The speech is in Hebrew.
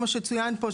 כמו שצוין פה,